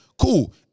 Cool